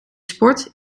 sport